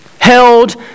held